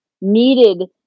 needed